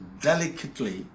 delicately